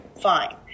Fine